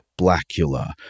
Blackula